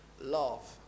love